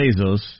Bezos